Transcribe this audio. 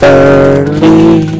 early